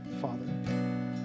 Father